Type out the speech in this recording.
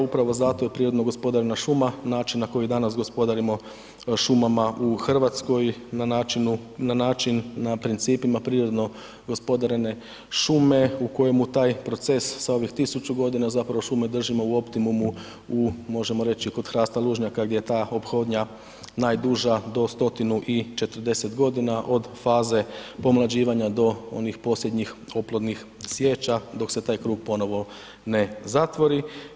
Upravo zato je prirodno gospodarena šuma način na koji danas gospodarimo šumama u RH na načinu, na način, na principima prirodno gospodarene šume u kojemu taj proces sa ovih 1000.g. zapravo šume držimo u optimumu u, možemo reći, kod hrasta lužnjaka gdje je ta ophodnja najduža, do 140.g. od faze pomlađivanja do onih posljednjih oplodnih sječa, dok se taj krug ponovo ne zatvori.